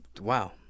Wow